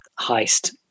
heist